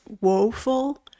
woeful